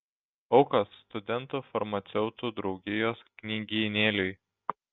aukos studentų farmaceutų draugijos knygynėliui